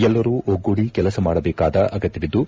ಎಲ್ಲರೂ ಒಗ್ಗೂಡಿ ಕೆಲಸ ಮಾಡಬೇಕಾದ ಅಗತ್ಯವಿದ್ದು